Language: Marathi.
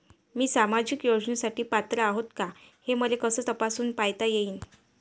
मी सामाजिक योजनेसाठी पात्र आहो का, हे मले कस तपासून पायता येईन?